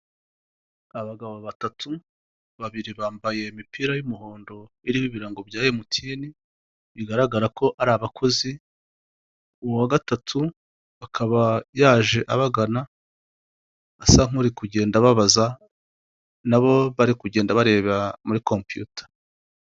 Abagabo batatu, babiri bambaye imipira y'umuhondo iriho ibirango bya Emutiyeni bigaragara ko ari abakozi. Uwo wa gatatu akaba yaje abagana asa nk'uri kujyenda ababaza nabo bari kujyenda bareba muri kompiyuta.